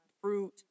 fruit